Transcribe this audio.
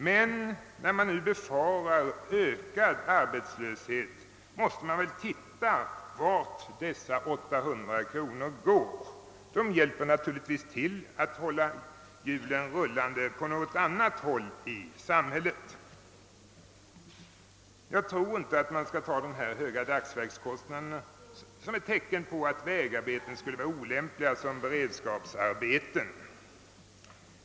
Men när man nu befarar ökad arbetslöshet måste man väl se efter vart dessa 800 kronor går. De bidrar naturligtvis till att hålla hjulen rullande på något annat håll i samhället. Jag tror inte att man skall ta dessa höga dagsverkskostnader som ett tecken på att vägarbeten skulle vara olämpliga som beredskapsarbeten.